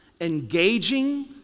engaging